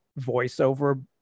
voiceover